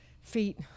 Feet